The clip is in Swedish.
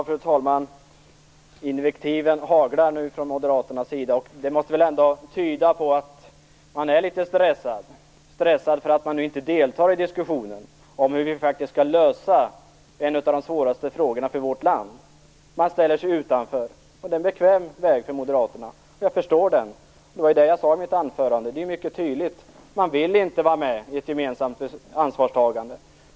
Fru talman! Invektiven haglar nu från Moderaternas sida, och det måste tyda på att man är litet stressad därför att man inte deltar i diskussionen om hur vi skall lösa en av de svåraste frågorna för vårt land. Man ställer sig utanför. Det är en bekväm väg för Jag förstår det. Det var det jag sade i mitt anförande. Det är mycket tydligt. Man vill inte vara med i ett gemensamt ansvarstagande.